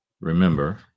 remember